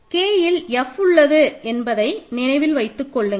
K இல் F உள்ளது என்பதை நினைவில் வைத்துக் கொள்ளுங்கள்